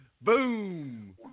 boom